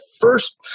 first